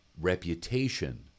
reputation